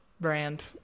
brand